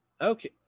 Okay